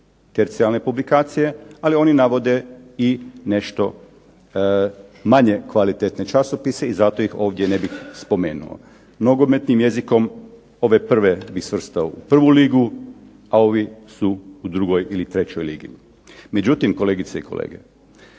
tercijarne publikacije, ali oni navode i nešto manje kvalitetne časopise i zato ih ovdje ne bih spomenuo. Nogometnim jezikom ove prve bih svrstao u prvu ligu, a ovi su u drugoj ili trećoj ligi. Međutim, kolegice i kolege,